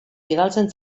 bidaltzen